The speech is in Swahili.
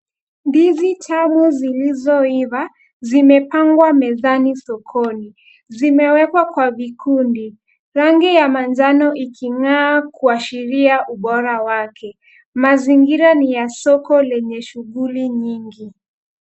Ndizi tamu zilizoiva, zimepangwa mezani sokoni, zimewekwa kwa vikundi, rangi ya manjano iking'aa kuashiria ubora wake. Mazingira ni ya soko lenye shughuli nyingi.